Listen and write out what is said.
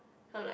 I'm like